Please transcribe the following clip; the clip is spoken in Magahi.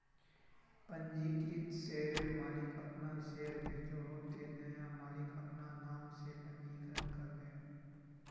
पंजीकृत शेयरर मालिक अपना शेयर बेचोह ते नया मालिक अपना नाम से पंजीकरण करबे